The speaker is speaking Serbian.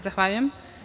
Zahvaljujem.